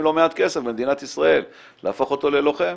לא מעט כסף במדינת ישראל להפוך אותו ללוחם,